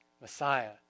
Messiah